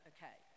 Okay